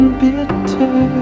bitter